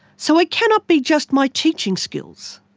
so it cannot be just my teaching skills.